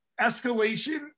escalation